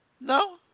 No